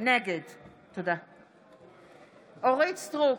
נגד אורית מלכה סטרוק,